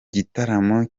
gitaramo